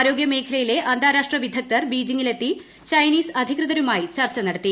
ആരോഗ്യമേഖലയിലെ അന്താരാഷ്ട്ര വിദഗ്ദ്ധർ ബീജിംഗിൽ എത്തി ചൈനീസ് അധികൃതരുമായി ചർച്ച നടത്തി